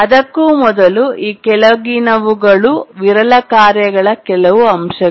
ಅದಕ್ಕೂ ಮೊದಲು ಈ ಕೆಳಗಿನವುಗಳು ವಿರಳ ಕಾರ್ಯಗಳ ಕೆಲವು ಅಂಶಗಳು